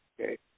Okay